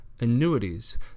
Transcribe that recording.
annuities